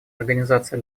организации